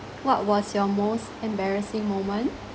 what was your most embarrassing moment